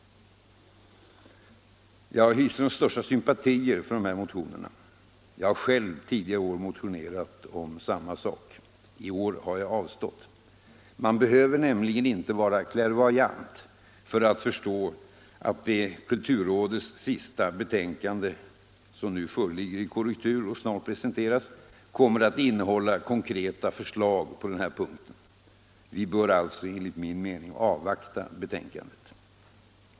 Jag hyser de största sympatier för motionerna i det här ärendet. Jag har själv tidigare år motionerat om samma sak. I år har jag avstått. Man behöver nämligen inte vara klärvoajant för att förstå att kulturrådets sista betänkande, som nu föreligger i korrektur och snart presenteras, kommer att innehålla konkreta förslag på den här punkten. Vi bör alltså enligt min mening avvakta betänkandet.